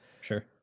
Sure